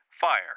fire